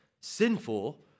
sinful